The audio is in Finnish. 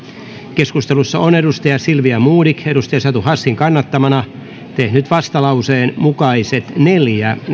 keskustelussa on silvia modig satu hassin kannattamana tehnyt vastalauseen mukaiset neljä